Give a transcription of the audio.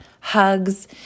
hugs